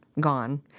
gone